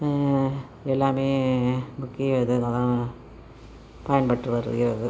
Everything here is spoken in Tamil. எல்லாமே முக்கிய இதனால தான் பயன்பட்டு வருகிறது